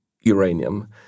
uranium